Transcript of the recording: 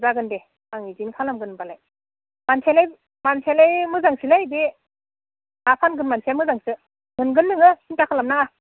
जागोन दे आं इदिनो खालामगोन होमब्लालाय मानसियालाय मानसियालाय मोजांसोलै बे हा फानगोन मानसिया मोजांसो मोनगोन नोङो सिन्था खालाम नाङा